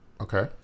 okay